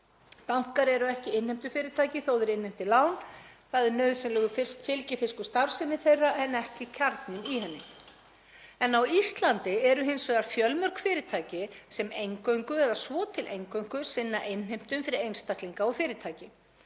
Bankar eru ekki innheimtufyrirtæki þótt þeir innheimti lán. Það er nauðsynlegur fylgifiskur starfsemi þeirra en ekki kjarninn í henni. Á Íslandi eru hins vegar fjölmörg fyrirtæki sem eingöngu eða svo til eingöngu sinna innheimtu fyrir einstaklinga og fyrirtæki.